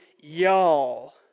y'all